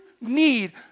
need